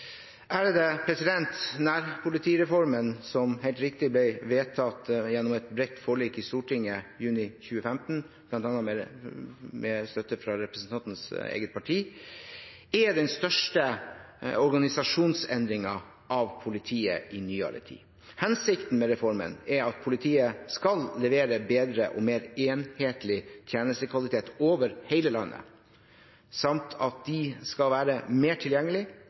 Nærpolitireformen, som helt riktig ble vedtatt gjennom et bredt forlik i Stortinget i juni 2015, bl.a. med støtte fra representantens eget parti, er den største organisasjonsendringen i politiet i nyere tid. Hensikten med reformen er at politiet skal levere bedre og mer enhetlig tjenestekvalitet over hele landet, samt at de skal være mer